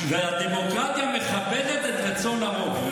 והדמוקרטיה מכבדת את רצון הרוב,